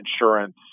insurance